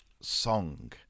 song